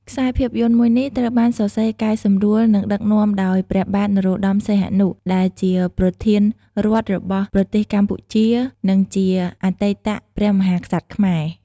ខ្សែភាពយន្តមួយនេះត្រូវបានសរសេរកែសម្រួលនិងដឹកនាំដោយ ព្រះបាទនរោត្តមសីហនុ ដែលជាប្រធានរដ្ឋរបស់ប្រទេសកម្ពុជា និងជាអតីតព្រះមហាក្សត្រខ្មែរ ។